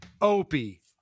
Opie